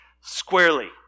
squarely